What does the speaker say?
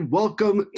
welcome